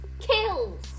kills